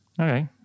okay